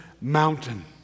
mountain